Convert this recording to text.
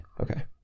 Okay